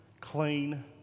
clean